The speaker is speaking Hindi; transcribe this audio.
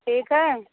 ठीक है